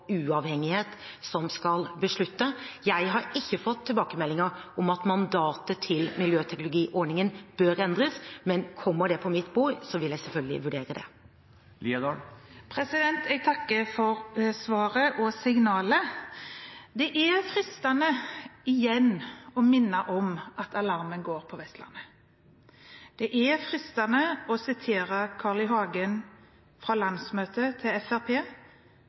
som skal beslutte. Jeg har ikke fått tilbakemeldinger om at mandatet til miljøteknologiordningen bør endres, men kommer det på mitt bord, vil jeg selvfølgelig vurdere det. Jeg takker for svaret og signalet. Det er fristende igjen å minne om at alarmen går på Vestlandet. Det er fristende å sitere Carl I. Hagen, som på landsmøtet til